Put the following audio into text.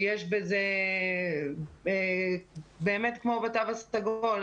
ויש בזה באמת כמו בתו הסגול,